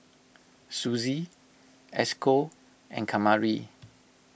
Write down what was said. Suzy Esco and Kamari